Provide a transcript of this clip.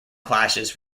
clashes